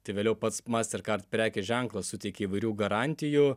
tai vėliau pats masterkard prekės ženklas suteikia įvairių garantijų